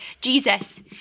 Jesus